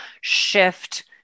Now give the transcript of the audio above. shift